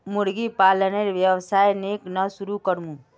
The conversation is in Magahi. मुर्गी पालनेर व्यवसाय केन न शुरु करमु